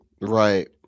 right